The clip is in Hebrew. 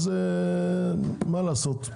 מה לעשות,